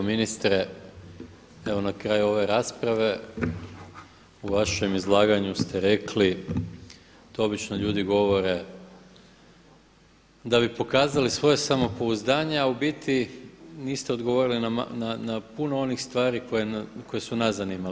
Ministre evo na kraju ove rasprave u vašem izlaganju ste rekli, to obično ljudi govore da bi pokazali svoje samopouzdanje, a u biti niste odgovorili na puno onih stvari koje su nas zanimale.